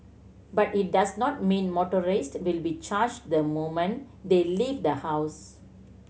but it does not mean motorists will be charged the moment they leave the house